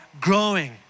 growing